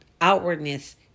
outwardness